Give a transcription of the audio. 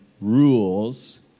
rules